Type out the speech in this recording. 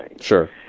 Sure